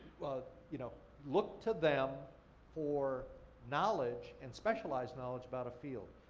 you know look to them for knowledge and specialized knowledge about a field.